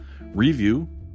review